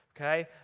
Okay